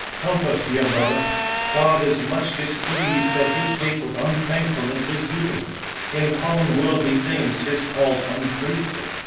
comfort, dear mother god is much displeas'd that you take with unthankfulness his doing in common worldly things tis called ungrateful,